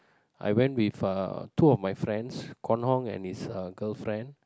I went with uh two of my friends Kuan-Hong and his uh girlfriend